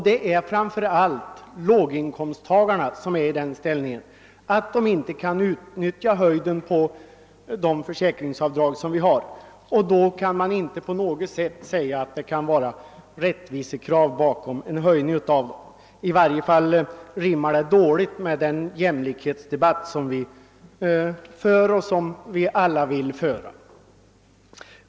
Det är framför allt låginkomsttagarna, som befinner sig i den situationen att de inte kan utnyttja fullt ut de försäkringsavdrag de har rätt till. Då kan man heller inte på något sätt säga att det kan ligga rättvisekrav bakom en höjning av dem. I varje fall rimmar det dåligt med den jämlikhetspolitik som vi för och som vi alla vill föra.